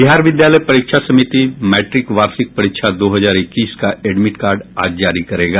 बिहार विद्यालय परीक्षा समिति मैट्रिक वार्षिक परीक्षा दो हजार इक्कीस का एडमिट कार्ड आज जारी करेगा